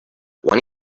when